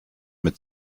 mit